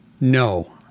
No